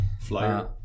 Flyer